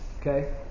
Okay